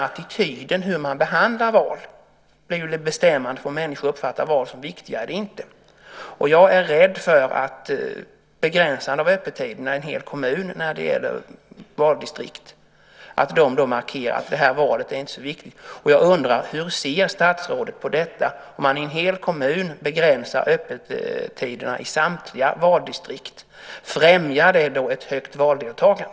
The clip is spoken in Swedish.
Attityden hur man behandlar val blir ju bestämmande för om människor uppfattar val som viktiga eller inte. Jag är rädd för att ett begränsande av öppettiderna i valdistrikten i en kommun markerar att det här valet inte är så viktigt. Jag undrar hur statsrådet ser på att man i en hel kommun begränsar öppettiderna i samtliga valdistrikt. Främjar det ett högt valdeltagande?